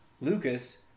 Lucas